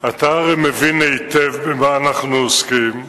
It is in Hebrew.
אתה הרי מבין היטב במה אנחנו עוסקים,